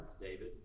David